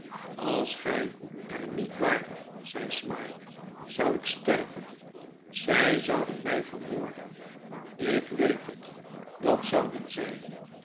als gij er niet waart zei smike zou ik sterven zij zouden mij vermoorden ik weet het dat zouden zij